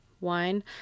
wine